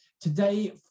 today